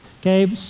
okay